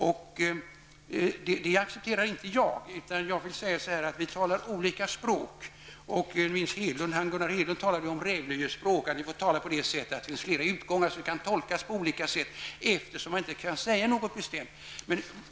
Men jag accepterar inte det. Vi talar olika språk. Gunnar Hedlund talade om rävlyespråk, dvs. att det finns flera utgångar som kan tolkas på olika sätt eftersom det inte går att säga något bestämt.